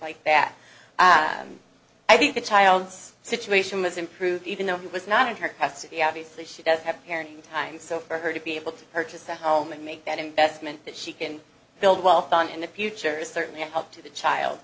like that i think the child's situation was improved even though he was not in her custody obviously she does have parenting time so for her to be able to purchase a home and make that investment that she can build wealth on in the future is certainly up to the child